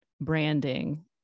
branding